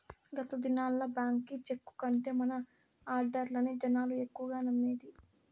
గత దినాల్ల బాంకీ చెక్కు కంటే మన ఆడ్డర్లనే జనాలు ఎక్కువగా నమ్మేది